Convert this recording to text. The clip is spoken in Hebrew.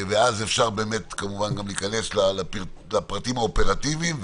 ואז אפשר באמת כמובן גם להיכנס לפרטים האופרטיביים,